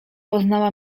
poznała